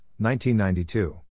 1992